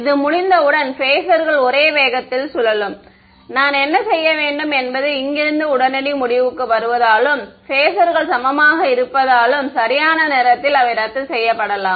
இது முடிந்தவுடன் பேஸர்கள் ஒரே வேகத்தில் சுழலும் நான் என்ன செய்ய வேண்டும் என்பது இங்கிருந்து உடனடி முடிவுக்கு வருவதாலும் பேஸர்கள் சமமாக இருப்பதாலும் சரியான நேரத்தில் அவை ரத்து செய்யப்படலாம்